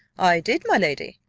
i did, my lady.